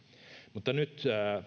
mutta nyt